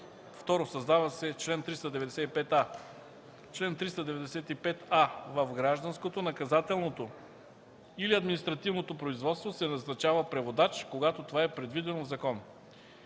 2. Създава се чл. 395а: „Чл. 395а. В гражданското, наказателното или административното производство се назначава преводач, когато това е предвидено в закон.”